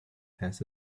has